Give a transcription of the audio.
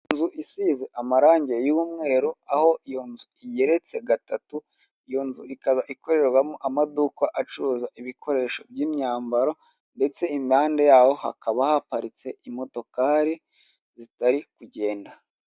Inzu isize amarange y'umweru aho iyo nzu igeretse gatatu, iyo nzu ikaba ikorerwamo amaduka acuruza ibikoresho by'imyambaro ndetse impande yaho hakaba haparitse imodokari zitari kugenda.